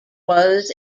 was